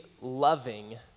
loving